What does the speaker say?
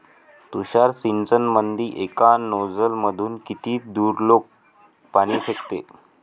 तुषार सिंचनमंदी एका नोजल मधून किती दुरलोक पाणी फेकते?